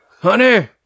Honey